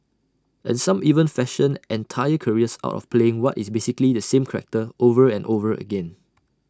and some even fashion entire careers out of playing what is basically the same character over and over again